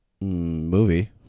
movie